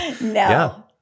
no